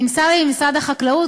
נמסר לי ממשרד החקלאות,